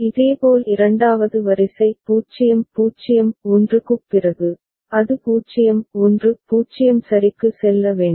இதேபோல் இரண்டாவது வரிசை 0 0 1 க்குப் பிறகு அது 0 1 0 சரிக்கு செல்ல வேண்டும்